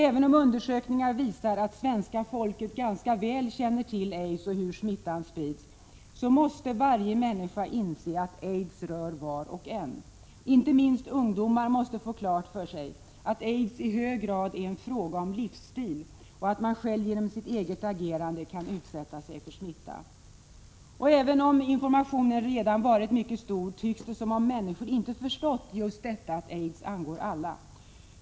Även om undersökningar visar att svenska folket ganska väl känner till aids och hur smittan sprids, måste varje människa inse att aids rör var och en. Inte minst ungdomar måste få klart för sig att aids i hög grad är en fråga om livsstil, att man själv genom sitt eget agerande kan utsätta sig för smitta. Även om informationen redan varit mycket omfattande tycks det som om människor inte förstått just detta att aids angår alla.